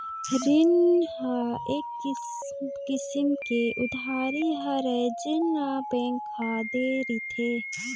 रीन ह एक किसम के उधारी हरय जेन ल बेंक ह दे रिथे